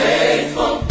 Faithful